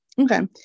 Okay